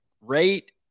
rate